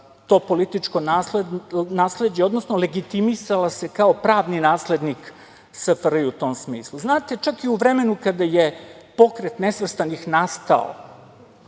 to političko nasleđe, odnosno legitimisala se kao pravni naslednik SFRJ u tom smislu. Znate, čak i u vremenu kada je Pokret nesvrstanih nastao,